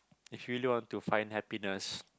if you really want to find happiness